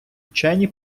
вчені